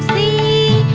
the